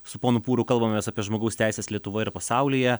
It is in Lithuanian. su ponu pūru kalbamės apie žmogaus teises lietuvoje ir pasaulyje